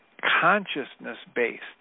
consciousness-based